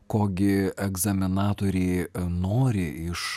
ko gi egzaminatoriai nori iš